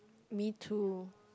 me too